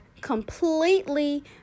completely